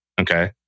okay